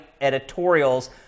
editorials